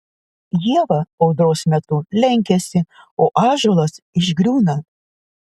ieva audros metu lenkiasi o ąžuolas išgriūna